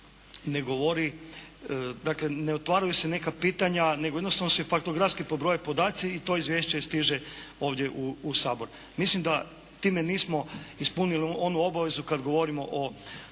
ne govori. Dakle ne otvaraju se neka pitanja nego jednostavno se faktografski pobroje podaci i to izvješće stiže ovdje u Sabor. Mislim da time nismo ispunili onu obavezu kada govorimo o